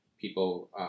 people